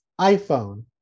iPhone